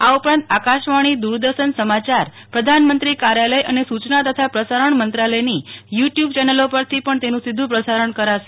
આ ઉપરાંત આકાશવાણી દૂરદર્શન સમાચાર પ્રધાનમંત્રી કાર્યાલય અને સૂચના તથા પ્રસારણ મંત્રાલયની યુ ટ્યૂબ ચેનલો પરથી પણ તેનું સીધુ પ્રસારણ કરાશે